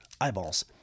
eyeballs